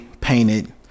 Painted